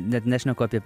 net nešneku apie